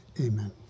amen